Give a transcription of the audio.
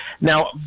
Now